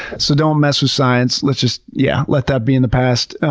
so don't mess with science. let's just, yeah, let that be in the past.